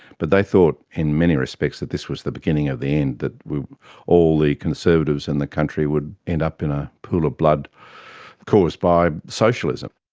but they thought in many respects that this was the beginning of the end, that all the conservatives in the country would end up in a pool of blood caused by socialism.